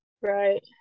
right